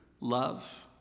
love